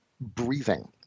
breathing